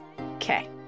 Okay